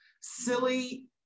Silly